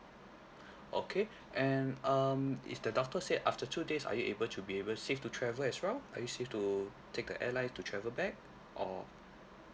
okay and um is the doctor say after two days are you able to be able safe to travel as well are you safe to take the airline to travel back or